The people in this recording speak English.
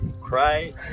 cry